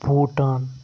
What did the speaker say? Bhutan